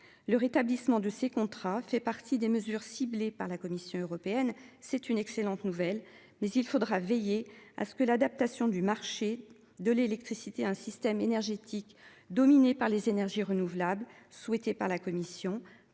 Le rétablissement de ces contrats fait partie des mesures ciblées par la Commission européenne. C'est une excellente nouvelle. Mais il faudra veiller à ce que l'adaptation du marché de l'électricité à un système énergétique dominée par les énergies renouvelables souhaitée par la Commission